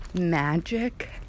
magic